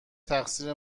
تقصیر